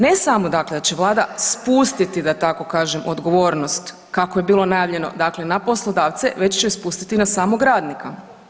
Ne samo dakle da će Vlada spustiti da tako kažem odgovornost kako je bilo najavljeno, dakle na poslodavce, već se spustiti na samog radnika.